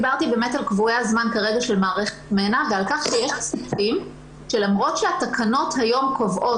דיברתי על קבועי הזמן של מערכת מנע ועל כך שלמרות שהתקנות היום קובעות